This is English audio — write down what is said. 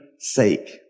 sake